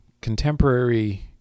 contemporary